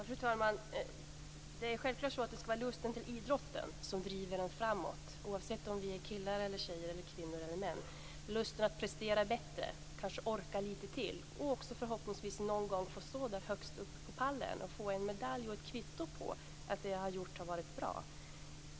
Fru talman! Det skall självklart vara lusten till idrotten som driver oss framåt, oavsett om vi är killar eller tjejer, kvinnor eller män - lusten att prestera bättre, kanske orka lite till och också, förhoppningsvis, någon gång få stå där högst uppe på pallen och få en medalj och ett kvitto på att det jag gjort har varit bra.